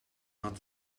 not